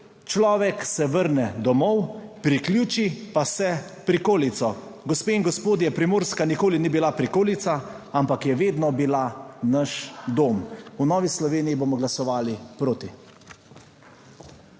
16.25 (nadaljevanje) prikolico, gospe in gospodje, Primorska nikoli ni bila prikolica, ampak je vedno bila naš dom. V Novi Sloveniji bomo glasovali proti.